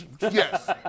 Yes